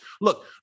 Look